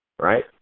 right